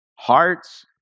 Hearts